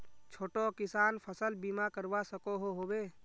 छोटो किसान फसल बीमा करवा सकोहो होबे?